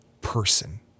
person